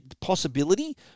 possibility